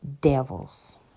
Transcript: devils